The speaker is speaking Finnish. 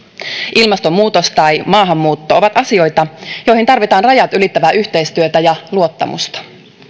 ilmastonmuutos ja maahanmuutto ovat asioita joihin tarvitaan rajat ylittävää yhteistyötä ja luottamusta